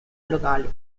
locali